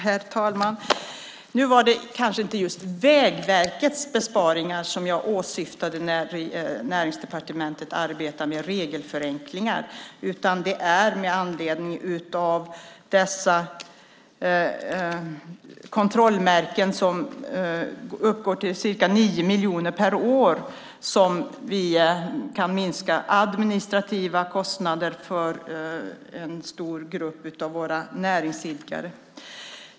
Herr talman! Nu var det kanske inte just Vägverkets besparingar som jag åsyftade när jag sade att Näringsdepartementet arbetar med regelförenklingar. Dessa kontrollmärken uppgår till cirka nio miljoner per år. Där kan vi minska de administrativa kostnaderna för en stor grupp av våra näringsidkare.